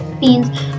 beans